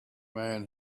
man